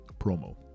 promo